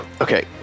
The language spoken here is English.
Okay